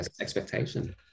expectation